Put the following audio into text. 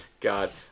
god